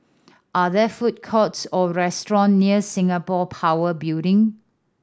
are there food courts or restaurant near Singapore Power Building